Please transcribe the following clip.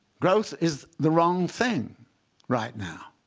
growth is the wrong thing right now.